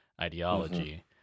ideology